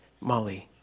Molly